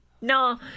no